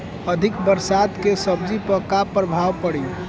अधिक बरसात के सब्जी पर का प्रभाव पड़ी?